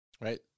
right